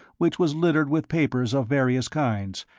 which was littered with papers of various kinds,